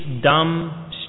dumb